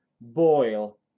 boil